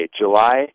July